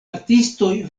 artistoj